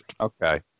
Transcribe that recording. Okay